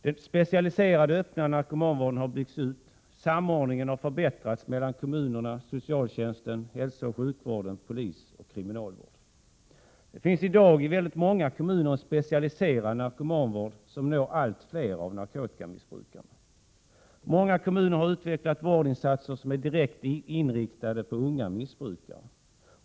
Den specialiserade öppna narkomanvården har byggts ut, samordningen har förbättrats mellan kommunerna, socialtjänsten, hälsooch sjukvården, polisen och kriminalvården. Det finns i dag i många kommuner en specialiserad narkomanvård som når allt fler av narkotikamissbrukarna. Många kommuner har utvecklat vårdinsatser som är direkt inriktade på unga missbrukare.